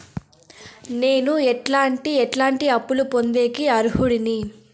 నేను ఎట్లాంటి ఎట్లాంటి అప్పులు పొందేకి అర్హుడిని?